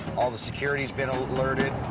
all the security's been alerted.